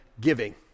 giving